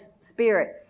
Spirit